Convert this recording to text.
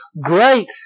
Great